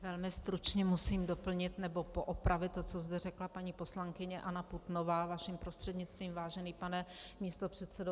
Velmi stručně musím doplnit nebo poopravit to, co zde řekla paní poslankyně Anna Putnová, vaším prostřednictvím, vážený pane místopředsedo.